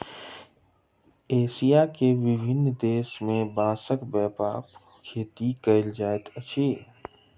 Asia के विभिन्न देश में बांसक व्यापक खेती कयल जाइत अछि